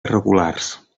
regulars